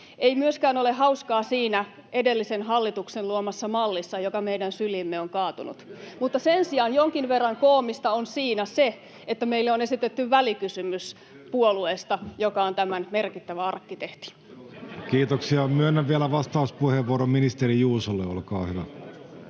Ei myöskään ole hauskaa siinä edellisen hallituksen luomassa mallissa, joka meidän syliimme on kaatunut, mutta sen sijaan jonkin verran koomista on siinä se, että meille on esitetty välikysymys puolueesta, joka on tämän merkittävä arkkitehti. Kiitoksia. — Myönnän vielä vastauspuheenvuoron ministeri Juusolle. Olkaa hyvä.